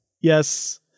Yes